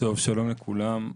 שלום לכולם,